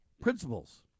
principles